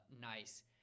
nice